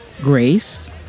Grace